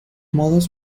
modos